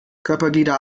körperglieder